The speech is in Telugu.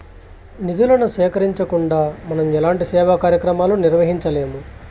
నిధులను సేకరించకుండా మనం ఎలాంటి సేవా కార్యక్రమాలను నిర్వహించలేము